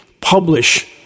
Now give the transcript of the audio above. publish